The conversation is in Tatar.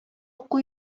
уку